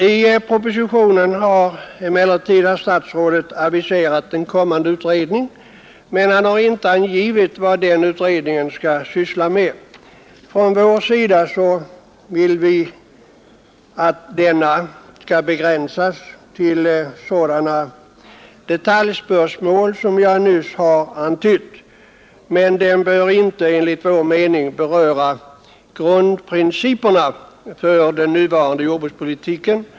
I propositionen har emellertid herr statsrådet aviserat en kommande utredning, men han har inte angivit vad den utredningen skall syssla med. Från vår sida vill vi att denna skall begränsas till sådana detaljspörsmål som jag nyss har antytt, men den bör enligt vår mening inte beröra grundprinciperna för den nuvarande jordbrukspolitiken.